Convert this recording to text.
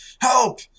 Help